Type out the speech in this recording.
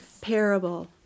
parable